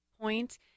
point